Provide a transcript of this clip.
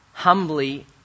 humbly